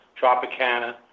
Tropicana